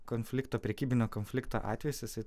konflikto prekybinio konflikto atvejis jisai